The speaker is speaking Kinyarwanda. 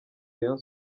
rayon